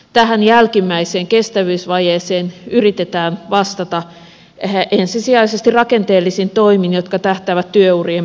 tähän jälkimmäiseen kestävyysvajeeseen yritetään vastata ensisijaisesti rakenteellisin toimin jotka tähtäävät työurien pidentämiseen